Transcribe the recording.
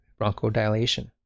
bronchodilation